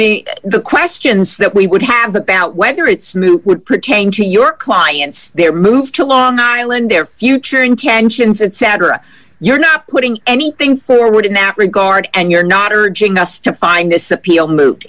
mean the questions that we would have about whether it's moot would pertain to your clients their move to long island their future intentions and sadder you're not putting anything forward in that regard and you're not urging us to find this appeal mo